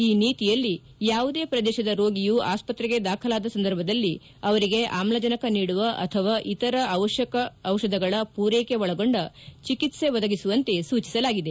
ಈ ನೀತಿಯಲ್ಲಿ ಯಾವುದೇ ಪ್ರದೇಶದ ರೋಗಿಯು ಆಸ್ಪತ್ತೆಗೆ ದಾಖಲಾದ ಸಂದರ್ಭದಲ್ಲಿ ಅವರಿಗೆ ಆಮ್ಲಜನಕ ನೀಡುವ ಅಥವಾ ಇತರ ಅವತ್ನಕ ಔಷಧಗಳ ಪೂರೈಕೆ ಒಳಗೊಂಡ ಚಿಕಿತ್ತೆ ಒದಗಿಸುವಂತೆ ಸೂಚಿಸಲಾಗಿದೆ